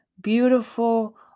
beautiful